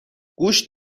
گوشت